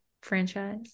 franchise